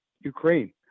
Ukraine